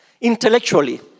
Intellectually